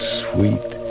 sweet